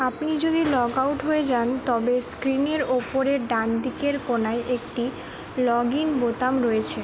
আপনি যদি log out হয়ে যান তবে স্ক্রিনের ওপরের ডানদিকের কোনায় একটি লগইন বোতাম রয়েছে